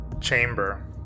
chamber